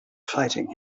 fighting